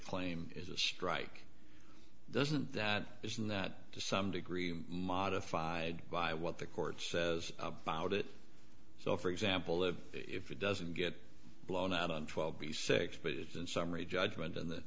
claim is a strike doesn't that isn't that to some degree modified by what the court says about it so for example if it doesn't get blown out on twelve b six but it's in summary judgment in th